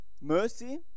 mercy